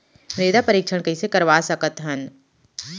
मृदा परीक्षण कइसे करवा सकत हन?